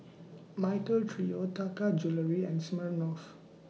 Michael Trio Taka Jewelry and Smirnoff